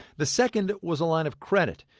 the second was a line of credit.